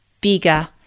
bigger